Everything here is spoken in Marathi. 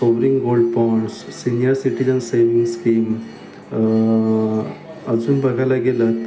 sovereign gold bonds senior citizen saving scheme अजून बघायला गेलं